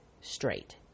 straight